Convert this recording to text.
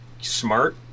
smart